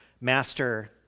Master